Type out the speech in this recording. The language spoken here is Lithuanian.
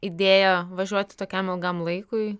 idėja važiuoti tokiam ilgam laikui